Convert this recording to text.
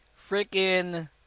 Freaking